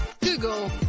Google